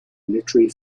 literary